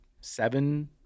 seven